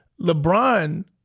LeBron